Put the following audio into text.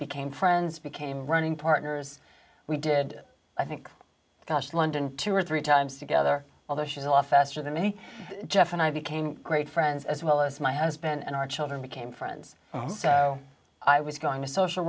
became friends became running partners we did i think gosh london two or three times together although she's a lot faster than me geoff and i became great friends as well as my husband and our children became friends so i was going to social